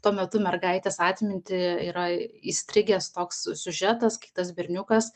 tuo metu mergaitės atmintį yra įstrigęs toks siužetas kitas berniukas